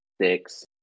six